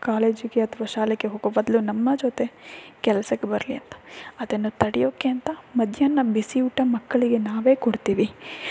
ಕಾಲೇಜಿಗೆ ಅಥವಾ ಶಾಲೆಗೆ ಹೋಗೋ ಬದಲು ನಮ್ಮ ಜೊತೆ ಕೆಲ್ಸಕ್ಕೆ ಬರಲಿ ಅಂತ ಅದನ್ನು ತಡಿಯೋಕ್ಕೆ ಅಂತ ಮಧ್ಯಾಹ್ನ ಬಿಸಿಯೂಟ ಮಕ್ಕಳಿಗೆ ನಾವೇ ಕೊಡ್ತೀವಿ